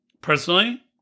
Personally